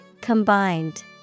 Combined